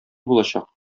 булачак